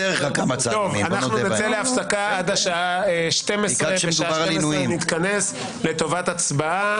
(הישיבה נפסקה בשעה 11:32 ונתחדשה בשעה 12:00.)